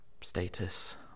status